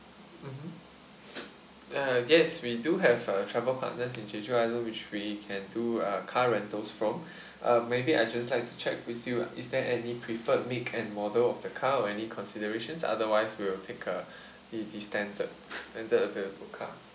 mmhmm uh yes we do have uh travel partners in jeju island which we can do uh car rentals from uh maybe I just like to check with you is there any preferred made and model of the car or any considerations otherwise we'll take a the the standard standard available car